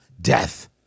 death